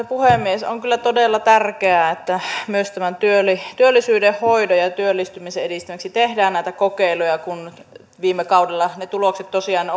puhemies on kyllä todella tärkeää että myös työllisyyden hoidon ja ja työllistymisen edistämiseksi tehdään näitä kokeiluja kun ne tulokset tosiaan